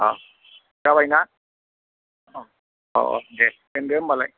जाबाय ना दे दोनदो होनबालाय